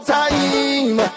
time